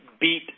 beat